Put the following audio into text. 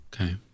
Okay